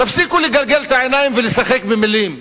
תפסיקו לגלגל את העיניים ולשחק במלים.